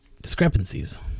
discrepancies